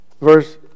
verse